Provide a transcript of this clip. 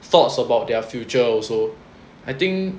thoughts about their future also I think